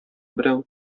берәү